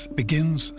begins